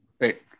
right